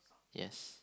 yes